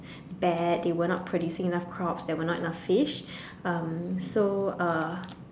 bad they were not producing enough crops there were not enough fish um so uh